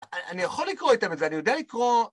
א-אני יכול לקרוא את זה וזה, אני יודע לקרוא...